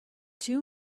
two